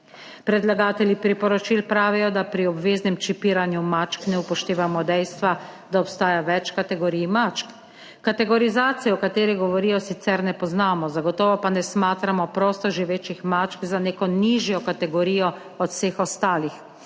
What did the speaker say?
Predlagatelji priporočil pravijo, da pri obveznem čipiranju mačk ne upoštevamo dejstva, da obstaja več kategorij mačk. Kategorizacije, o kateri govorijo, sicer ne poznamo, zagotovo pa ne smatramo prostoživečih mačk za neko nižjo kategorijo od vseh ostalih.